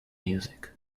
music